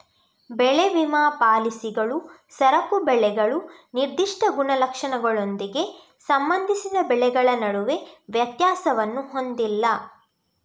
ಬೆಳೆ ವಿಮಾ ಪಾಲಿಸಿಗಳು ಸರಕು ಬೆಳೆಗಳು ನಿರ್ದಿಷ್ಟ ಗುಣಲಕ್ಷಣಗಳೊಂದಿಗೆ ಸಂಬಂಧಿಸಿದ ಬೆಳೆಗಳ ನಡುವೆ ವ್ಯತ್ಯಾಸವನ್ನು ಹೊಂದಿಲ್ಲ